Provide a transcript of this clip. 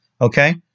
okay